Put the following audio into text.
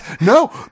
No